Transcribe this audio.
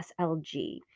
SLG